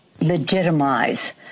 legitimize